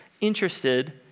interested